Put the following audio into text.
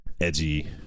edgy